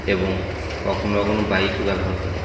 এবং কখনও কখনও বাইকও ব্যবহার করি